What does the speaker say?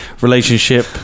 relationship